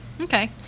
Okay